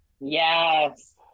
Yes